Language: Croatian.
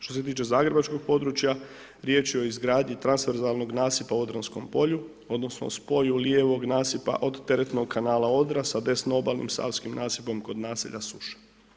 Što se tiče zagrebačkog područja riječ je o izgradnji transverzalnog nasipa u Odranskom polju odnosno spoju lijevog nasipa od teretnog kanala Odra sa desno obalnim savskim nasipom kod naselja Suša.